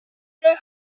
their